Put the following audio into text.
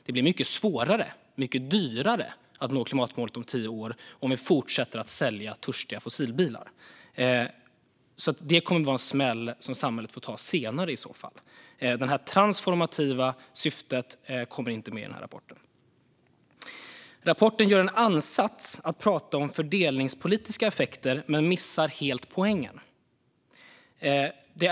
Det blir mycket svårare och mycket dyrare att nå klimatmålet om tio år om vi fortsätter att sälja törstiga fossilbilar. Det blir en smäll som samhället i så fall får ta senare. Det transformativa syftet kommer inte med i den här rapporten. Rapporten gör en ansats att prata om fördelningspolitiska effekter men missar helt poängen.